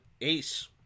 ace